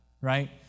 right